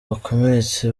bakomeretse